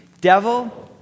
Devil